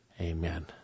Amen